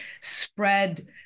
spread